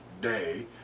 day